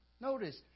notice